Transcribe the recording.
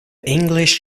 english